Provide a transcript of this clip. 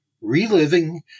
Reliving